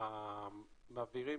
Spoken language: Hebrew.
שמעבירים